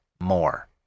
more